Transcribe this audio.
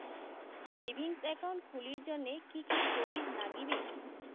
Savings account খুলির জন্যে কি কি করির নাগিবে?